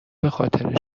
بخاطر